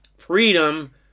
Freedom